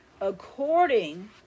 According